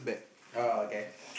oh okay